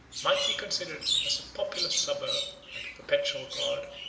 might be considered as a populous suburb and a perpetual garden.